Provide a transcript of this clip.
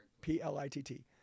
P-L-I-T-T